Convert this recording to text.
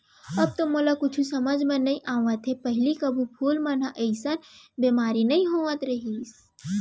अब मोला तो कुछु समझ म नइ आवत हे, पहिली कभू फूल मन म अइसन बेमारी नइ होत रहिस